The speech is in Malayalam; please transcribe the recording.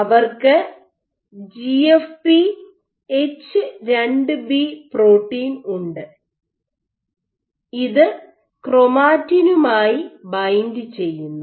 അവർക്ക് ജിഎഫ്പി എച്ച് 2 ബി പ്രോട്ടീൻ ഉണ്ട് ഇത് ക്രോമാറ്റിനുമായി ബൈൻഡ് ചെയ്യുന്നു